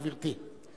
גברתי.